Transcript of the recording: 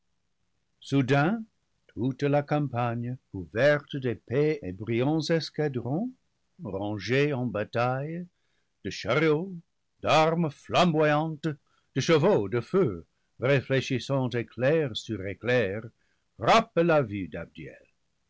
soudain toute la campagne couverte d'épais et brillants escadrons rangés eu bataille de chariots d'armes flamboyantes de chevaux de feu réfléchissant éclairs sur éclairs frappe la vue d'abdiel